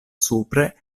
supre